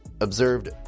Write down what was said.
observed